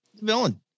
villain